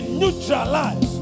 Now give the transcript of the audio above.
neutralize